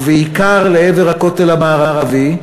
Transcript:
בעיקר לעבר הכותל המערבי,